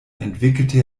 entwickelte